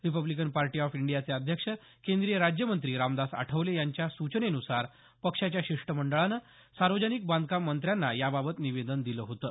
Republican party of इंडियाचे अध्यक्ष केंद्रीय राज्यमंत्री रामदास आठवले यांच्या सूचनेन्सार पक्षाच्या शिष्टमंडळानं सार्वजनिक बांधकाम मंत्र्यांना याबाबत निवेदन दिलं होतं